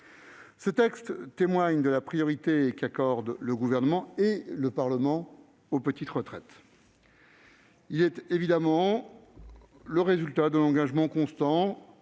Ce texte témoigne de la priorité qu'accordent le Gouvernement et le Parlement aux petites retraites. Il résulte de l'engagement constant